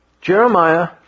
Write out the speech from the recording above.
Jeremiah